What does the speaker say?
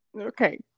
Okay